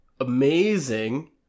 amazing